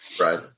Right